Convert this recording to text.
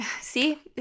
see